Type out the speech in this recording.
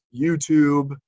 youtube